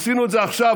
עשינו את זה עכשיו,